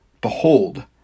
Behold